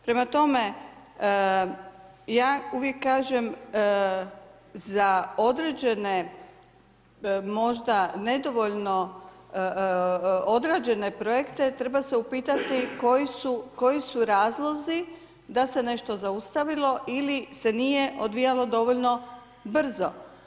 Prema tome, ja uvijek kažem za određene možda nedovoljno odrađene projekte treba se upitati koji su razlozi da se nešto zaustavilo ili se nije odvijalo dovoljno brzo.